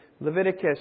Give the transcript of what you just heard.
Leviticus